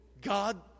God